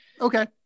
okay